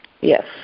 Yes